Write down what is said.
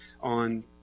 on